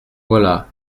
voilà